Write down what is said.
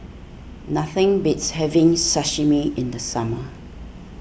nothing beats having Sashimi in the summer